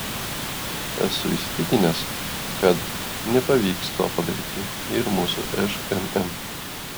esu įsitikinęs kad nepavyks to padaryti ir mūsų šmm